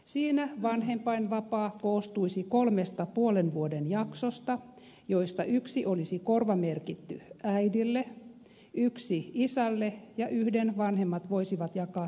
siinä vanhempainvapaa koostuisi kolmesta puolen vuoden jaksosta joista yksi olisi korvamerkitty äidille yksi isälle ja yhden vanhemmat voisivat jakaa sopimallaan tavalla